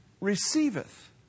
receiveth